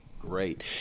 great